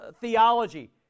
theology